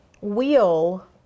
wheel